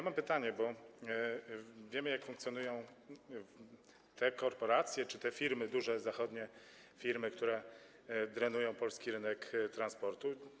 Mam pytanie, bo wiemy, jak funkcjonują korporacje czy te firmy, duże zachodnie firmy, które drenują polski rynek transportu.